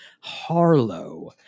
Harlow